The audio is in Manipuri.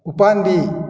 ꯎꯄꯥꯝꯕꯤ